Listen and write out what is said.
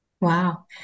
Wow